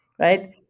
right